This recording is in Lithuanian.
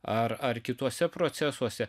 ar ar kituose procesuose